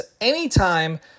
anytime